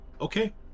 Okay